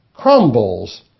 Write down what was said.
Crumbles